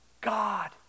God